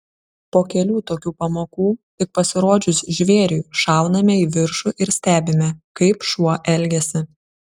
po kelių tokių pamokų tik pasirodžius žvėriui šauname į viršų ir stebime kaip šuo elgiasi